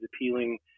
appealing